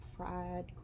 Fried